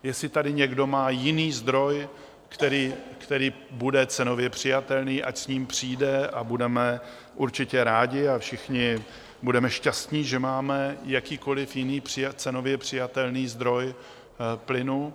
Jestli tady někdo má jiný zdroj, který bude cenově přijatelný, ať s ním přijde a budeme určitě rádi a všichni budeme šťastni, že máme jakýkoliv jiný cenově přijatelný zdroj plynu.